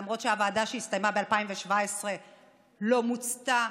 למרות שהוועדה שהסתיימה ב-2017 לא מוצתה,